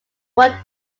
wanted